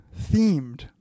themed